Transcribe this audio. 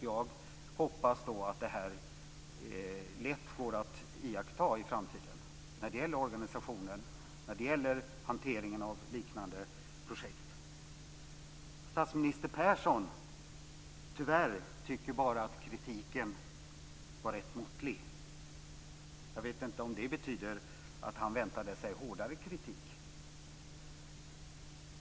Jag hoppas att detta lätt går att iaktta i framtiden när det gäller organisationen och när det gäller hanteringen av liknande projekt. Statsminister Persson tycker tyvärr bara att kritiken var rätt måttlig. Jag vet inte om det betyder att han väntade sig hårdare kritik.